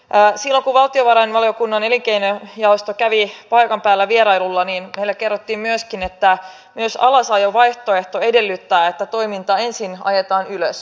silloin kun valtiovarainvaliokunnan elinkeinojaosto kävi paikan päällä vierailulla niin heille kerrottiin myöskin että myös alasajovaihtoehto edellyttää että toiminta ensin ajetaan ylös